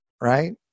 right